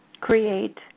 create